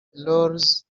rolls